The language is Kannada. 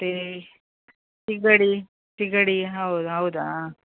ಮತ್ತು ಸೀಗಡಿ ಸೀಗಡಿ ಹೌದು ಹೌದಾ